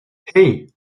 hey